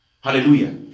Hallelujah